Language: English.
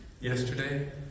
yesterday